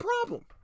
problem